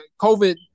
COVID